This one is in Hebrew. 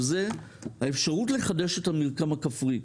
והיא האפשרות לחדש את המרקם הכפרי.